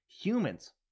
humans